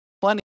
Plenty